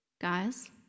guys